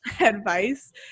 advice